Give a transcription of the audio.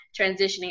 transitioning